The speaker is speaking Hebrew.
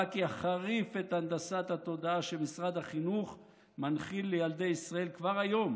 רק יחריף את הנדסת התודעה שמשרד החינוך מנחיל לילדי ישראל כבר היום